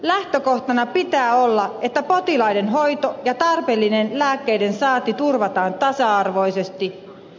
lähtökohtana pitää olla että potilaiden hoito ja tarpeellinen lääkkeiden saanti turvataan tasa arvoisesti